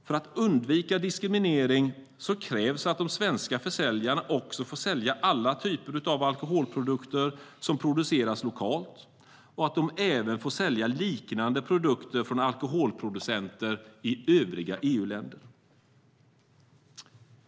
För att undvika diskriminering krävs att de svenska försäljarna får sälja alla typer av alkoholprodukter som produceras lokalt och att de även får sälja liknande produkter från alkoholproducenter i övriga EU-länder.